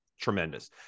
tremendous